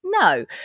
no